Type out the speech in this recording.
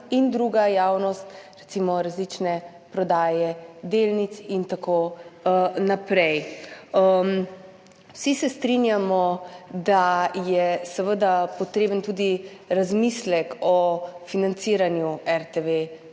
in druga javnost, recimo različne prodaje delnic in tako naprej. Vsi se strinjamo, da je seveda potreben tudi razmislek o financiranju RTV